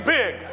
big